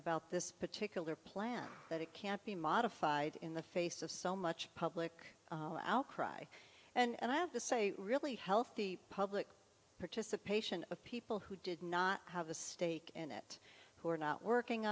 about this particular plan that it can't be modified in the face of so much public outcry and i have to say really healthy public participation of people who did not have a stake in it who are not working